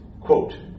quote